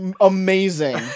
amazing